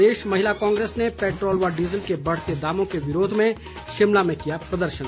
प्रदेश महिला कांग्रेस ने पैट्रोल व डीज़ल के बढ़ते दामों के विरोध में शिमला में किया प्रदर्शन